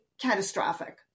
catastrophic